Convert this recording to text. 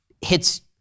hits